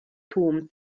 tłum